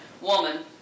woman